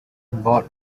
involved